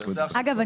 אגב,